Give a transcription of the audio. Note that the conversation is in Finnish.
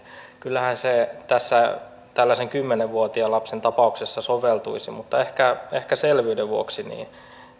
kyllähän se tällaisen kymmenen vuotiaan lapsen tapauksessa soveltuisi mutta ehkä ehkä selvyyden vuoksi